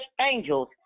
angels